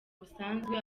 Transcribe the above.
busanzwe